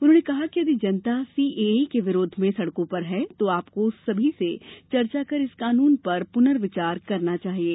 उन्होंने कहा कि यदि जनता सीएए के विरोध में सड़कों पर है तो आपको सभी से चर्चा कर इस कानून पर पुनर्विचार करना चाहिये